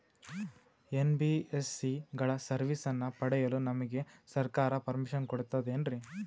NBSC ಗಳ ಸರ್ವಿಸನ್ನ ಪಡಿಯಲು ನಮಗೆ ಸರ್ಕಾರ ಪರ್ಮಿಷನ್ ಕೊಡ್ತಾತೇನ್ರೀ?